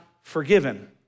forgiven